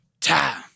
time